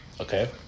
Okay